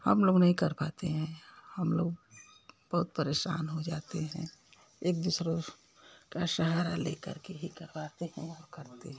हम लोग नहीं कर पाते हैं हम लोग बहुत परेशान हो जाते हैं एक दूसरे का सहारा लेकर के ही करवाते हैं और करते हैं